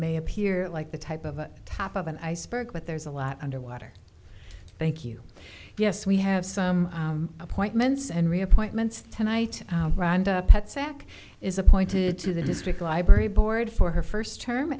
may appear like the type of a top of an iceberg but there's a lot underwater thank you yes we have some appointment it's and re appointments tonight rhonda sack is appointed to the district library board for her first term